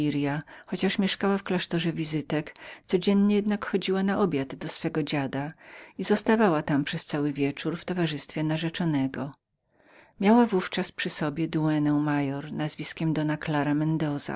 lirias chociaż mieszkała w klasztorze annonciady codziennie jednak chodziła na obiad do swego dziada i zostawała tam przez cały wieczór w towarzystwie swego narzeczonego miała w ówczas przy sobie dugenę mayor nazwiskiem doa klara mendoza